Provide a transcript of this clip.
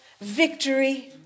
victory